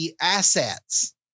assets